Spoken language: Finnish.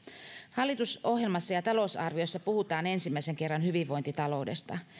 hallitusohjelmassa ja talousarviossa puhutaan ensimmäisen kerran hyvinvointitaloudesta